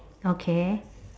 okay